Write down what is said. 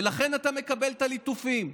ולכן אתה מקבל את הליטופים,